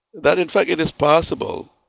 that in fact it is possible,